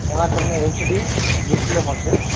એમાં તમને H D display મળશે